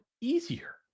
easier